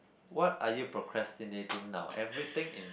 what are you procrastinating now everything in